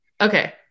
okay